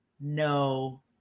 no